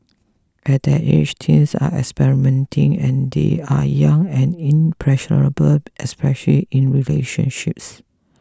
at that age teens are experimenting and they are young and impressionable especially in relationships